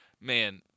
man